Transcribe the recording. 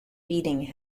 feeding